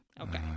Okay